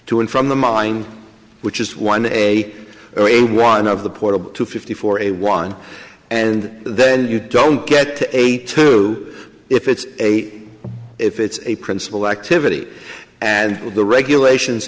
to and from the mine which is one a or a one of the portable to fifty for a one and then you don't get a two if it's a if it's a principal activity and the regulations